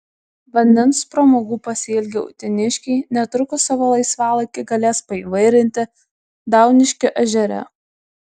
vandens pramogų pasiilgę uteniškiai netrukus savo laisvalaikį galės paįvairinti dauniškio ežere